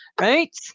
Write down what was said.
Right